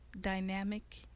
Dynamic